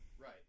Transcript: Right